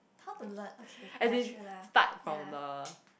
how to learn okay ya true lah ya